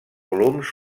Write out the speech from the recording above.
volums